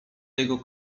jego